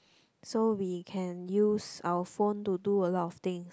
so we can use our phone to do a lot of things